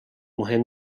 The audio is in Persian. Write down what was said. مهم